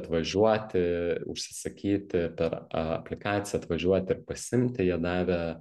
atvažiuoti užsisakyti per aplikaciją atvažiuoti ir pasiimti jie davė